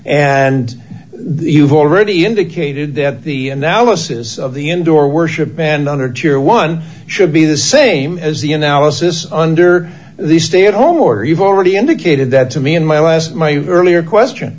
the you've already indicated that the analysis of the indoor worship band under tear one should be the same as the analysis under the stay at home or you've already indicated that to me in my last my earlier question